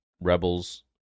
Rebels